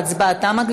ההצבעה תמה.